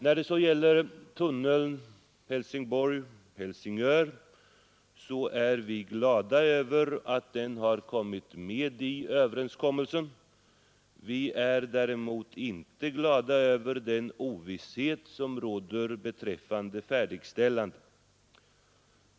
När det så gäller tunneln Helsingborg—Helsingör är vi glada över att den kommit med i överenskommelsen — vi är däremot inte glada över den ovisshet som råder beträffande färdigställandet.